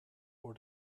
for